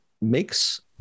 makes